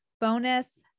bonus